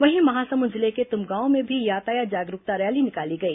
वहीं महासमुंद जिले के तुमगांव में भी यातायात जागरूकता रैली निकाली गई